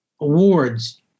awards